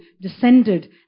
descended